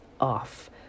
off